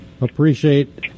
appreciate